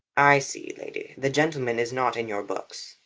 i see, lady, the gentleman is not in your books.